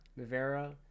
Mavera